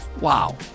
Wow